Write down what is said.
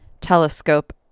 telescope